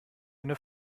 eine